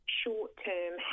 short-term